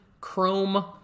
Chrome